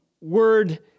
word